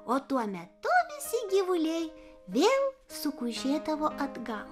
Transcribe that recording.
o tuo metu visi gyvuliai vėl sugužėdavo atgal